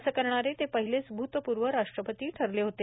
असं करणारे ते पहिलेच भूतपूर्व राष्ट्रपती ठरले होते